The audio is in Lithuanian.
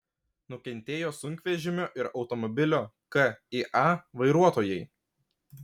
nukentėjo sunkvežimio ir automobilio kia vairuotojai